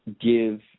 give